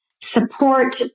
support